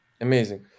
Amazing